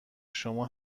شما